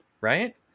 Right